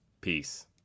peace